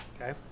Okay